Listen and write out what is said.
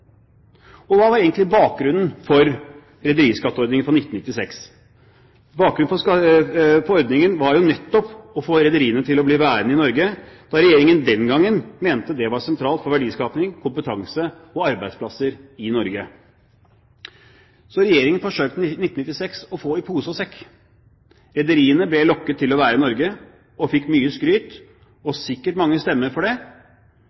Og hva var egentlig bakgrunnen for rederiskatteordningen fra 1996? Bakgrunnen for ordningen var jo nettopp å få rederiene til å bli værende i Norge, da regjeringen den gangen mente det var sentralt for verdiskaping, kompetanse og arbeidsplasser i Norge. Regjeringen forsøkte i 1996 å få både i pose og sekk. Rederiene ble lokket til å være i Norge, og Regjeringen fikk mye skryt og sikkert mange stemmer for det,